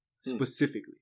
specifically